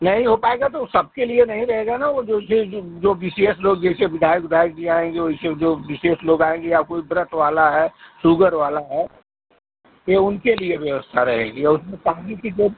नहीं हो पाएगा तो वो सबके लिए नहीं रहेगा ना वो जो जो विशेष लोग जैसे विधायक ओधायक जी आएँगे वैसे जो विशेष लोग आएँगे या कोई व्रत वाला है सुगर वाला है ये उनके लिए व्यवस्था रहेगी और उसमें चाँदी की जो